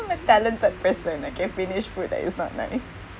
I'm a talented person okay finish food that is not nice